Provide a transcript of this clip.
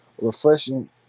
Refreshing